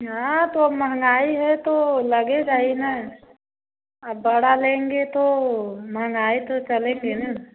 हाँ तो महँगाई है तो लगेगा ही ना अब बड़ा लेंगे तो महँगाई तो करेंगे ना